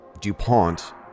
DuPont